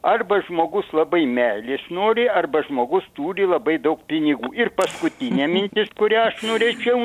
arba žmogus labai meilės nori arba žmogus turi labai daug pinigų ir paskutinė mintis kurią aš norėčiau